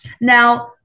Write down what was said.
Now